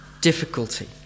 difficulty